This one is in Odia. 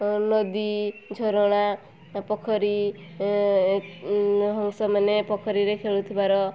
ଆଉ ନଦୀ ଝରଣା ପୋଖରୀ ହଂସମାନେ ପୋଖରୀରେ ଖେଳୁଥିବାର